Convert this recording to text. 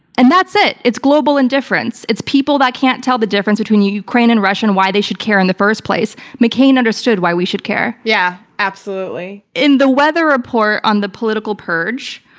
and that's it. it's global indifference. it's people that can't tell the difference between ukraine and russia and why they should care in the first place. mccain understood why we should care. yeah, absolutely. in the weather report on the political purge,